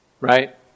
right